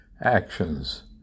actions